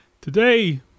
today